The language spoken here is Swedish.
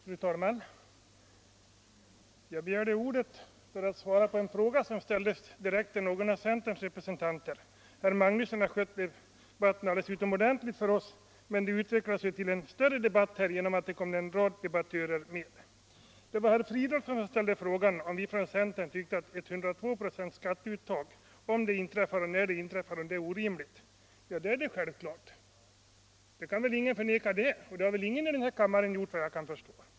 Fru talman! Jag begärde ordet för att svara på den fråga som ställdes till någon av centerns representanter. Herr Magnusson i Nennesholm har skött debatten alldeles utomordentligt för oss. Det har emellertid blivit en större debatt där en rad debattörer har kommit med. Det var herr Fridolfsson som frågade, om vi från centern inte tyckte att 102 96 skatteuttag, om det inträffar och när det inträffar, är orimligt. Ja, det är det självfallet. Ingen kan väl förneka det, och det har väl ingen i den här kammaren gjort efter vad jag förstår.